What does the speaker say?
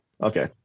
Okay